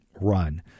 run